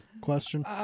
question